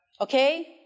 okay